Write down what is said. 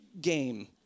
game